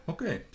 Okei